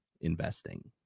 investing